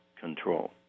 control